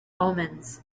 omens